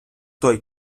той